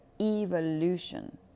evolution